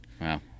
Wow